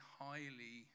highly